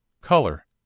COLOR